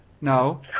No